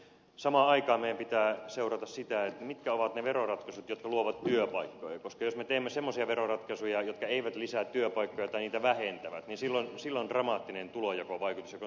samaan aikaan meidän pitää seurata sitä mitkä ovat ne veroratkaisut jotka luovat työpaikkoja koska jos me teemme semmoisia veroratkaisuja jotka eivät lisää työpaikkoja tai niitä vähentävät niin sillä on dramaattinen tulonjakovaikutus joka on erittäin negatiivinen